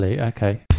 okay